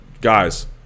guys